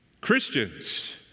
Christians